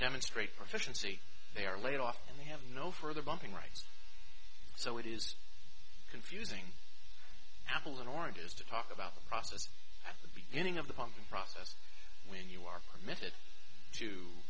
demonstrate proficiency they are laid off and they have no further bumping right so it is confusing apples and oranges to talk about the process at the beginning of the pumping process when you are permitted to